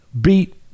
beat